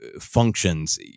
functions